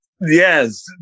Yes